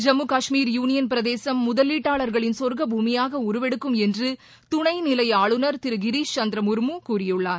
Jammu Kashmir union பிரதேசம் முதலீட்டாளர்களின் சொர்க்க பூமியாக உருவெடுக்கும் என்று துணைநிலை ஆளுநர் திரு கிரிஷ் சந்திர முர்மு கூறியுள்ளார்